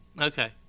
Okay